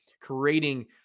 creating